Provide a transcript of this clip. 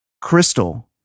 Crystal